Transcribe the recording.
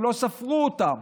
לא ספרו אותם.